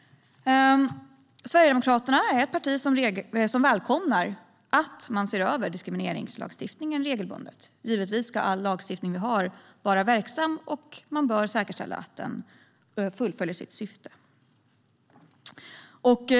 Sverigedemokraterna är ett parti som välkomnar att man ser över diskrimineringslagstiftningen regelbundet. Givetvis ska all lagstiftning vi har vara verksam, och man bör säkerställa att den fyller sitt syfte.